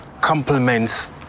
complements